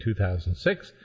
2006